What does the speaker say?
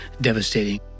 devastating